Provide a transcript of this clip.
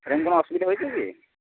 সেরকম কোনো অসুবিধা হয়েছে কি